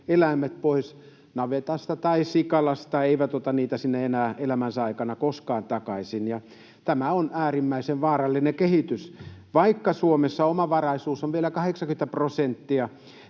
eläimet pois navetasta tai sikalasta, eivät ota niitä sinne elämänsä aikana enää koskaan takaisin, ja tämä on äärimmäisen vaarallinen kehitys. Vaikka Suomessa omavaraisuus on vielä 80 prosenttia,